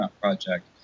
Project